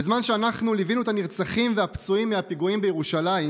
בזמן שאנחנו ליווינו את הנרצחים והפצועים מהפיגועים בירושלים,